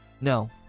No